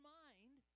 mind